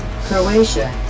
Croatia